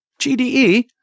GDE